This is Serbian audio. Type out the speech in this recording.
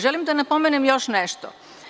Želim da napomenem još nešto.